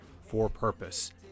for-purpose